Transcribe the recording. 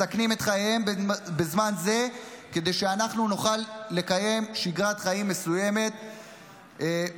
מסכנים את חייהם בזמן זה כדי שאנחנו נוכל לקיים שגרת חיים מסוימת בבטחה.